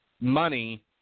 money